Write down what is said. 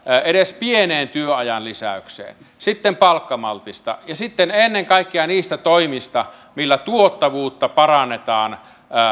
edes pieneen työajan lisäykseen sitten palkkamaltista ja sitten ennen kaikkea niistä toimista millä tuottavuutta parannetaan